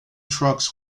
trucks